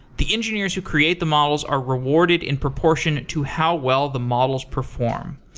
the engineers who create the models are rewarded in proportion to how well the models perform.